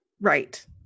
right